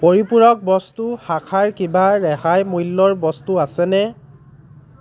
পৰিপূৰক বস্তু শাখাৰ কিবা ৰেহাই মূল্যৰ বস্তু আছেনে